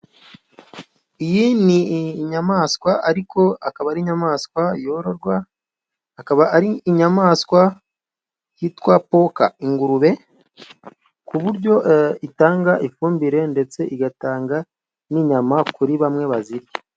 Iyi ni inyamaswa ariko akaba ari inyamaswa yororwa, akaba ari inyamaswa yitwa poka ingurube, ku buryo itanga ifumbire ndetse igatanga n'inyama kuri bamwe bazirya.